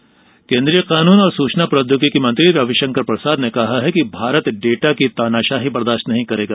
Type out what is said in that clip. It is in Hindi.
रविशंकर प्रसाद केन्द्रीय कानून और सूचना प्रौद्योगिकी मंत्री रविशंकर प्रसाद ने कहा है कि भारत डेटा की तानाशाही बर्दाश्त नहीं करेगा